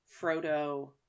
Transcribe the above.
Frodo